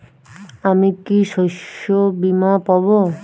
আমি কি শষ্যবীমা পাব?